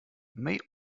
may